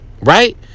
right